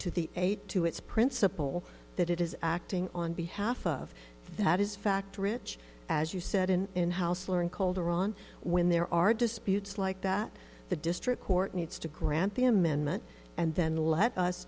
to the eight to its principle that it is acting on behalf of that is fact rich as you said an in house learned coldiron when there are disputes like that the district court needs to grant the amendment and then let us